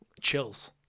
chills